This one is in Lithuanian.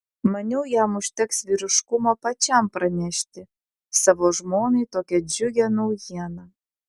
maniau jam užteks vyriškumo pačiam pranešti savo žmonai tokią džiugią naujieną